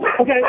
Okay